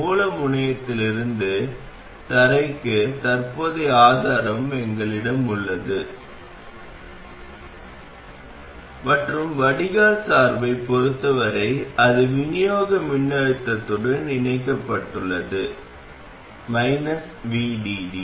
மூல முனையத்திலிருந்து தரைக்கு தற்போதைய ஆதாரம் எங்களிடம் உள்ளது மற்றும் வடிகால் சார்பைப் பொறுத்தவரை அது விநியோக மின்னழுத்தத்துடன் இணைக்கப்பட்டுள்ளது VDD